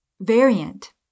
variant